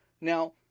Now